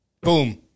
Boom